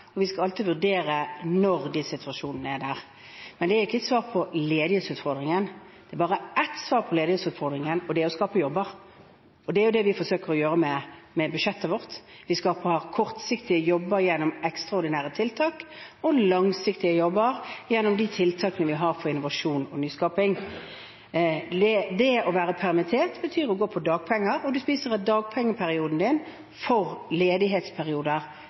og vi skal alltid vurdere når de situasjonene er der. Men det er ikke et svar på ledighetsutfordringen. Det er bare ett svar på ledighetsutfordringen, og det er å skape jobber, og det er det vi forsøker å gjøre med budsjettet vårt. Vi skaper kortsiktige jobber gjennom ekstraordinære tiltak og langsiktige jobber gjennom de tiltakene vi har for innovasjon og nyskaping. Det å være permittert betyr å gå på dagpenger, og du spiser av dagpengeperioden din for ledighetsperioder